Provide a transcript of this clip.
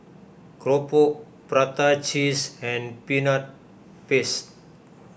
Keropok Prata Cheese and Peanut Paste